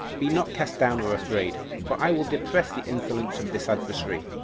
be not cast down, nor afraid, for i will depress the insolence of this adversary,